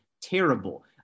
terrible